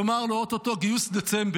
לומר לו, או-טו-טו גיוס דצמבר: